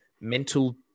mental